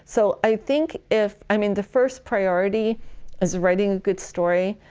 so i think if, i mean the first priority is writing a good story.